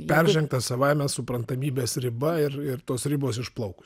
peržengta savaime suprantamybės riba ir ir tos ribos išplaukus